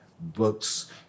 books